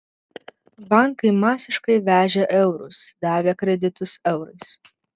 bankai masiškai vežė eurus davė kreditus eurais